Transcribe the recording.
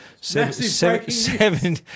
seven